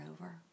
over